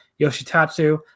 Yoshitatsu